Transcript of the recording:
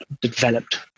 developed